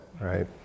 right